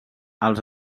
els